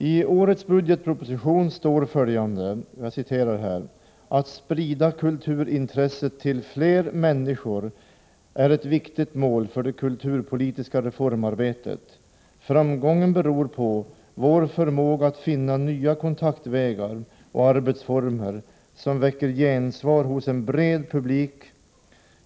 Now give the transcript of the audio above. I årets budgetproposition står följande: ”Att sprida kulturintresset till fler människor är ett viktigt mål för det kulturpolitiska reformarbetet. Framgången beror på vår förmåga att finna nya kontaktvägar och arbetsformer som väcker gensvar hos en bred publik.